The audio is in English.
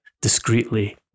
discreetly